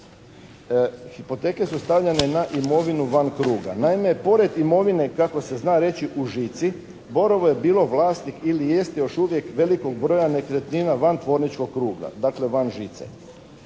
Hipoteke su stavljane na imovinu van kruga. Naime, pored imovine kako se zna reći u žici, "Borovo" je bilo vlasnik ili jeste još uvijek velikog broja nekretnina van tvorničkog kruga. Dakle, van žice.